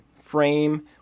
frame